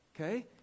okay